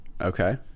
Okay